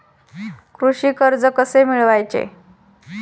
कृषी कर्ज कसे मिळवायचे?